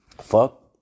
Fuck